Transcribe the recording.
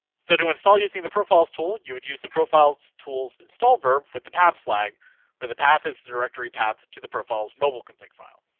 so to install using the profiles tool you would use the profiles tools install verb with the path flag where the path is the directory path to the profiles mobile config file.